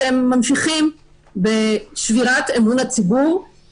או 30 חברי הכנסת סברו כי